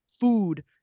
food